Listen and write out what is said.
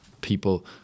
people